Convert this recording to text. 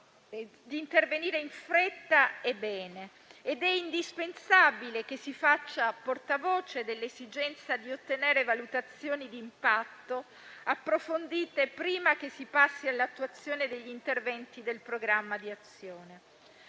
di intervenire in fretta e bene. È indispensabile che si faccia portavoce dell'esigenza di ottenere valutazioni di impatto approfondite prima che si passi all'attuazione degli interventi del programma di azione.